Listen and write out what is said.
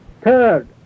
third